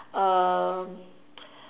um